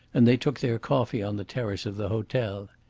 and they took their coffee on the terrace of the hotel.